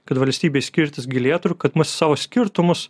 kad valstybėj skirtis gilėtų ir kad mes savo skirtumus